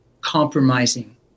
Compromising